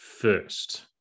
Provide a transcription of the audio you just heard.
first